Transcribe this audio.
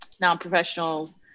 non-professionals